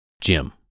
Jim